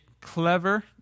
clever